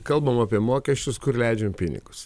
kalbam aoie mokesčius kur leidžiam pinigus